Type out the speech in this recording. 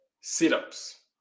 sit-ups